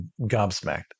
gobsmacked